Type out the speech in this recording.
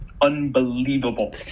unbelievable